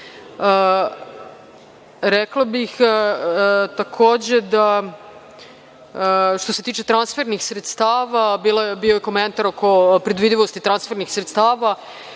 bih, takođe, što se tiče transfernih sredstava, bio je komentar oko predvidivosti transfernih sredstava.